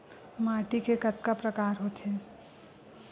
माटी के कतका प्रकार होथे?